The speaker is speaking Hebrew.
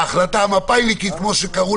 שתיים,